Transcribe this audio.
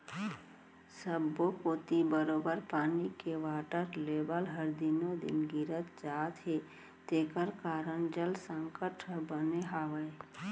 सब्बो कोती बरोबर पानी के वाटर लेबल हर दिनों दिन गिरत जात हे जेकर कारन जल संकट ह बने हावय